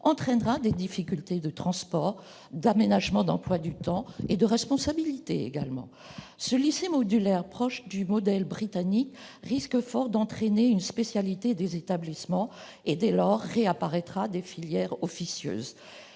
entraînera des difficultés de transport, d'aménagement d'emplois du temps et de responsabilités ! Ce lycée modulaire, proche du modèle britannique, risque fort d'entraîner une spécialisation des établissements. Dès lors réapparaîtront des filières officieuses.